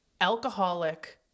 alcoholic